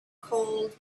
cold